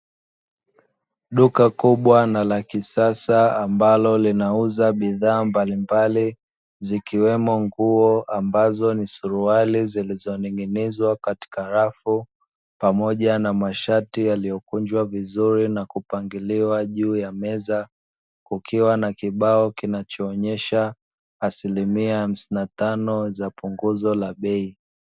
Duka kubwa na la kisasa ambalo linauza bidhaa mbalimbali zikiwemo nguo ambazo ni suruali zilizoning'inizwa katika rafu, pamoja na mashati yaliyokunjwa vizuri na kupangiliwa juu ya meza, kukiwa na kibao kinachoonyesha asilimia hamsini na tano za punguzo la bei.